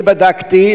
אני בדקתי,